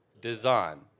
design